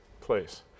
place